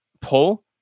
pull